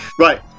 Right